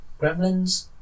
Gremlins